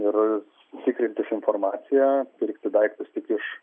ir tikrintis informaciją pirkti daiktus tik iš